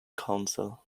council